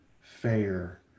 fair